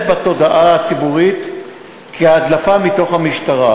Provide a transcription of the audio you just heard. בתודעה הציבורית כהדלפה מתוך המשטרה,